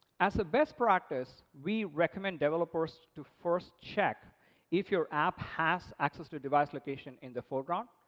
as a best practice, we recommend developers to first check if your app has access to device location in the foreground.